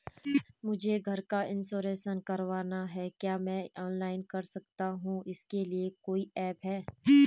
मुझे घर का इन्श्योरेंस करवाना है क्या मैं ऑनलाइन कर सकता हूँ इसके लिए कोई ऐप है?